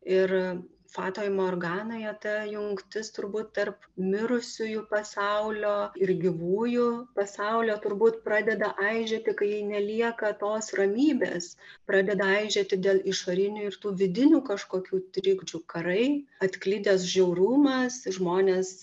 ir fatoj morganoje ta jungtis turbūt tarp mirusiųjų pasaulio ir gyvųjų pasaulio turbūt pradeda aižėti kai nelieka tos ramybės pradeda aižėti dėl išorinių ir tų vidinių kažkokių trikdžių karai atklydęs žiaurumas žmonės